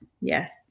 yes